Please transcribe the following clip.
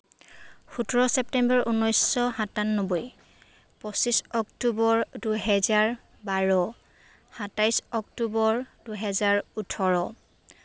সোতৰ ছেপ্তেম্বৰ ঊনৈছশ সাতান্নব্বৈ পঁচিছ অক্টোবৰ দুহেজাৰ বাৰ সাতাইছ অক্টোবৰ দুহেজাৰ ওঠৰ